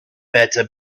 better